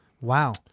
Wow